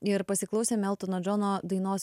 ir pasiklausėme eltono džono dainos